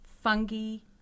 fungi